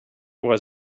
was